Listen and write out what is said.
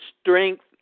strength